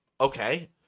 Okay